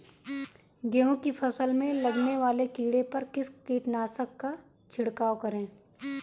गेहूँ की फसल में लगने वाले कीड़े पर किस कीटनाशक का छिड़काव करें?